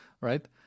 right